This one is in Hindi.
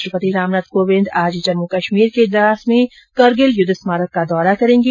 राष्ट्र पति रामनाथ कोविंद आज जम्मू कश्मीर के द्रास में करगिल युद्ध स्मारक का दौरा करेंगे